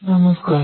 നമസ്ക്കാരം